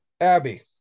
abby